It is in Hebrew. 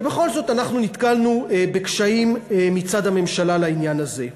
ובכל זאת אנחנו נתקלנו בקשיים מצד הממשלה בעניין הזה.